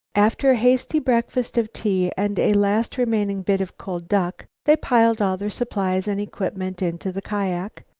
after a hasty breakfast of tea and a last remaining bit of cold duck, they piled all their supplies and equipment into the kiak,